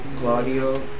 Claudio